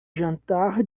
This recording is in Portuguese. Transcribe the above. jantar